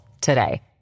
today